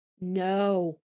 No